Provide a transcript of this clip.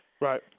Right